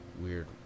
weird